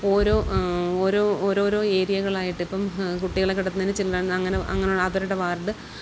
ഓരോ ഓരോ ഓരോരൊ ഏരിയകളായിട്ടിപ്പം കുട്ടികളെ കിടത്തുന്നതിനു ചിൽഡ്രൻ അങ്ങനെ അങ്ങനെയുള്ള അവരുടെ വാർഡ്